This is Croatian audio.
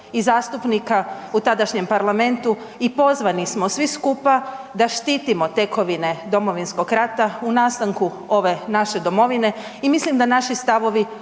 i zastupnika u tadašnjem Parlamentu i pozvani smo svi skupa da štitimo tekovine Domovinskog rata u nastanku ove naše domovine i mislim da naši stavovi